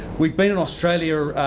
we'd been in australia,